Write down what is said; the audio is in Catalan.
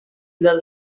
del